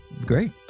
great